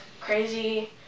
crazy